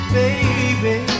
baby